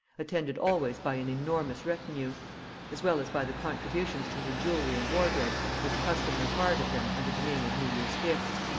attended always by an enormous retinue as well as by the contributions to her jewelry and wardrobe which custom required of them under the name of new year's gifts,